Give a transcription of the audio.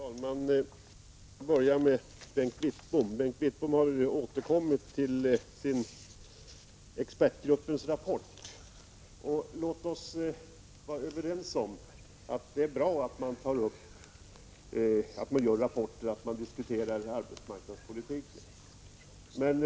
Fru talman! Får jag börja med att säga några ord till Bengt Wittbom, som återkom till detta med expertgruppens rapport. Låt oss vara överens om att det är bra att det upprättas rapporter och att arbetsmarknadspolitiken diskuteras.